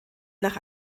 nach